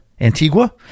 Antigua